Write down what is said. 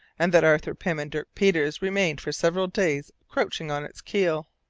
and that arthur pym and dirk peters remained for several days crouching on its keel.